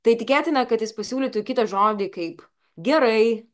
tai tikėtina kad jis pasiūlytų kitą žodį kaip gerai